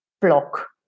block